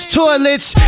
toilets